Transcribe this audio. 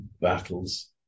battles